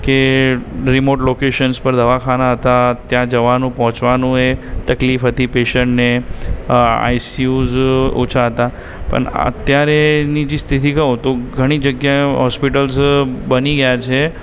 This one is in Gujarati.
કે રિમોટ લોકેશન્સ પર દવાખાના હતા ત્યાં જવાનું પહોંચવાનું એ તકલીફ હતી પેશન્ટને અ આઇસીયુઝ ઓછાં હતાં પણ અત્યારેની જે સ્થિતિ કહું તો ઘણી જગ્યાએ હૉસ્પિટલ્સ બની ગયાં છે